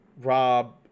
Rob